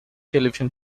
television